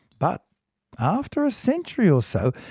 but after a century or so,